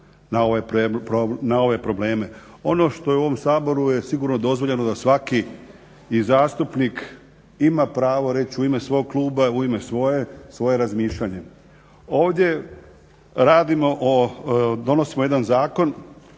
na ove probleme. Ono što u ovom Saboru je sigurno dozvoljeno da svaki i zastupnik ima pravo reći u ime svog kluba, u ime svoje, svoje razmišljanje. Ovdje radimo, donosimo jedan zakon